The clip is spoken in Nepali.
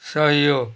सहयोग